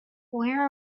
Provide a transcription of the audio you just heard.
where